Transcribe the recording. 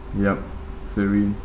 yup serene